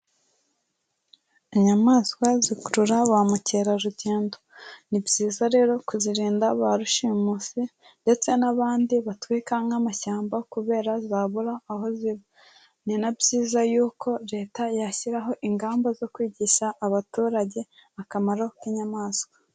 Inyamaswa zikurura ba mukerarugendo. Ni byiza rero kuzirinda ba rushimusi, ndetse n'abandi batwika nk'amashyamba kubera zabura aho ziba. Ni na byiza yuko leta yashyiraho ingamba zo kwigisha abaturage akamaro k'inyamaswa.